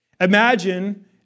Imagine